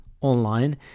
online